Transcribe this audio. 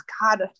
God